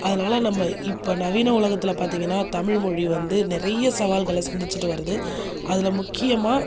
அதனால் நம்ம இப்போ நவீன உலகத்தில் பார்த்தீங்கனா தமிழ் மொழி வந்து நிறைய சவால்களை சந்திச்சுட்டு வருது அதில் முக்கியமாக